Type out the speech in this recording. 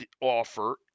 offer